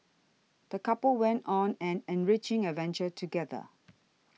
the couple went on an enriching adventure together